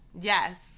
Yes